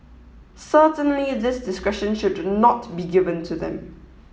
certainly this discretion should not be given to them